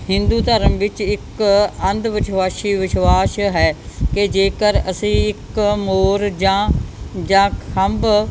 ਹਿੰਦੂ ਧਰਮ ਵਿੱਚ ਇੱਕ ਅੰਧ ਵਿਸ਼ਵਾਸੀ ਵਿਸ਼ਵਾਸ ਹੈ ਕਿ ਜੇਕਰ ਅਸੀਂ ਇੱਕ ਮੋਰ ਜਾਂ ਜਾਂ ਖੰਭ